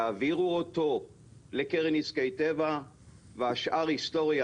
יעבירו אותו לקרן נזקי טבע והשאר היסטוריה.